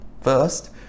first